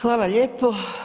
Hvala lijepo.